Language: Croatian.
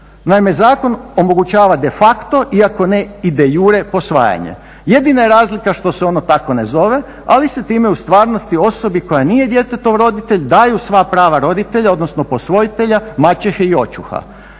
Naime, zakon omogućava de facto iako ne i de iure posvajanje. Jedina je razlika što se ono tako ne zove ali se time u stvarnosti osobi koja nije djetetov roditelj daju sva prava roditelja, odnosno posvojitelja, maćehe i očuha.